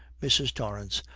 mrs. torrance.